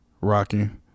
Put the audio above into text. rocking